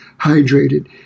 hydrated